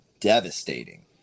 devastating